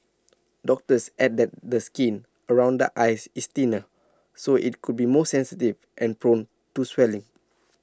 doctors add that the skin around the eyes is thinner so IT could be more sensitive and prone to swelling